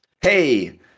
Hey